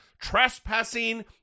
trespassing